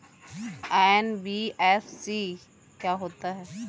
NBFC क्या होता है?